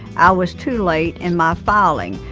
i was too late in my filing.